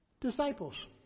Disciples